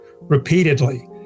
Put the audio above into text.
repeatedly